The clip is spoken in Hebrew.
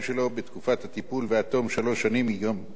הטיפול ועד תום שלוש שנים מיום סיום הטיפול,